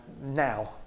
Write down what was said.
Now